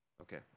Okay